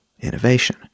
innovation